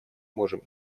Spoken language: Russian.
можем